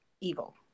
evil